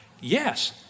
Yes